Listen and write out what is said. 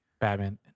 Batman